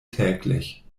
täglich